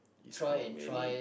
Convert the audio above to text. it's how many